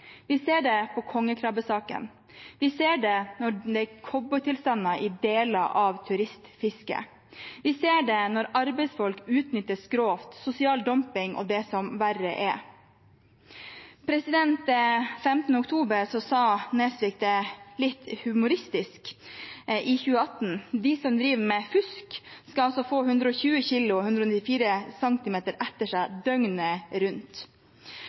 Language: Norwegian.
Vi ser det i kongekrabbesaken. Vi ser at det er cowboytilstander i deler av turistfisket. Vi ser det når arbeidsfolk utnyttes grovt, på sosial dumping og det som verre er. 15. oktober i 2018 sa Nesvik, litt humoristisk, at de som driver med fusk, skal få 120 kilo og 194 cm etter seg døgnet rundt.